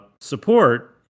support